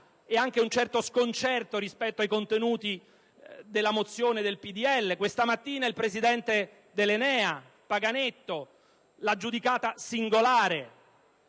ed anche un certo sconcerto rispetto ai contenuti della mozione del PdL. Questa mattina il presidente dell'ENEA Paganetto l'ha giudicata singolare.